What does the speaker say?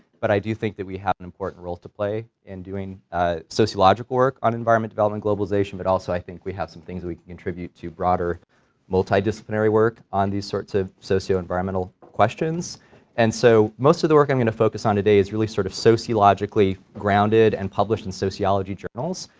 but i do think that we have an important role to play in doing ah sociological work on environment, development, globalization, but also i think we have some things that we contribute to broader multi-disciplinary work on these sorts of socio-environmental questions and so most of the work i'm going to focus on today is really sort of sociologically grounded and published in sociology journals,